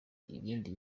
ibindi